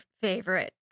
favorite